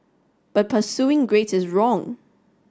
but pursuing grades is wrong